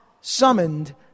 summoned